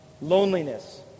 Loneliness